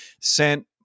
sent